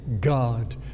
God